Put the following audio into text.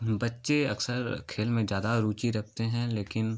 बच्चे अक्सर खेल में ज़्यादा रुचि रखते हैं लेकिन